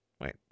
Wait